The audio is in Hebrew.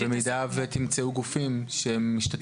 אמרנו שבמידה שתמצאו גופים שמשתתפים.